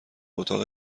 اتاق